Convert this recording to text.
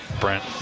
Brent